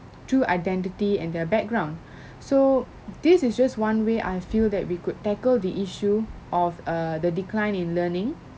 true identity and their background so this is just one way I feel that we could tackle the issue of uh the decline in learning